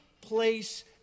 place